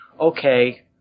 okay